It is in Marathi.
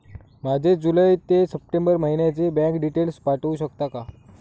माझे जुलै ते सप्टेंबर महिन्याचे बँक डिटेल्स पाठवू शकता का?